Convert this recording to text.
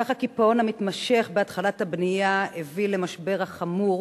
כך הקיפאון המתמשך בהתחלת הבנייה הביא למשבר החמור